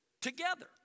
together